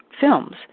films